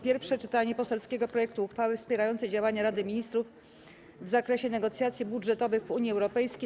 Pierwsze czytanie poselskiego projektu uchwały wspierającej działania Rady Ministrów w zakresie negocjacji budżetowych w Unii Europejskiej.